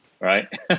Right